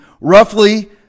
Roughly